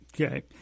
okay